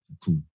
Cool